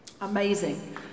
Amazing